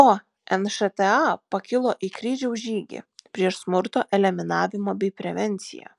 o nšta pakilo į kryžiaus žygį prieš smurto eliminavimą bei prevenciją